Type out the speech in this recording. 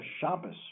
Shabbos